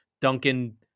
Duncan